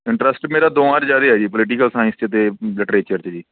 interest ਮੇਰਾ ਦੋਵਾਂ 'ਚ ਜ਼ਿਆਦਾ ਆ ਜੀ ਪੋਲੀਟੀਕਲ ਸਾਇੰਸ 'ਚ ਅਤੇ ਲਿਟਰੇਚਰ 'ਚ ਜੀ